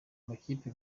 makipe